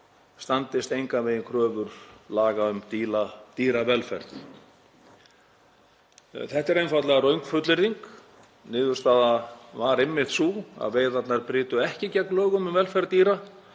standist engan veginn kröfur laga um dýravelferð. Þetta er einfaldlega röng fullyrðing. Niðurstaðan var einmitt sú að veiðarnar brytu ekki gegn lögum um velferð dýra.